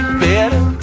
better